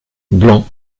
blanc